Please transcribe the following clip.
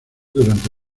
durante